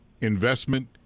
investment